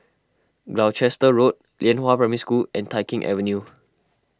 Gloucester Road Lianhua Primary School and Tai Keng Avenue